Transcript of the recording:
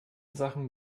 sachen